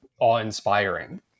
awe-inspiring